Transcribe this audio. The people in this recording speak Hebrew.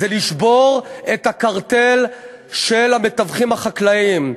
לשבור את הקרטל של המתווכים החקלאיים.